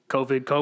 COVID